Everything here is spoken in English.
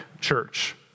Church